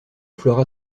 flora